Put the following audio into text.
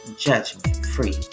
Judgment-Free